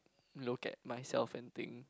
locate myself and thing